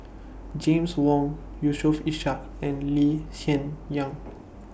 James Wong Yusof Ishak and Lee Hsien Yang